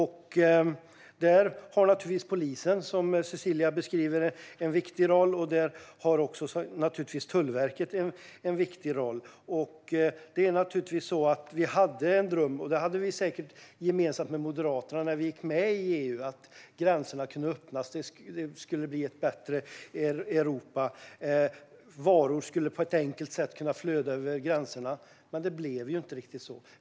Där har naturligtvis polisen, som Cecilia beskriver, en viktig roll. Där har också Tullverket en viktig roll. Vi hade en dröm, som vi säkert hade gemensamt med Moderaterna, när Sverige gick med i EU om att gränserna kunde öppnas. Det skulle bli ett bättre Europa. Varor skulle på ett enkelt sätt kunna flöda över gränserna. Men det blev inte riktigt så.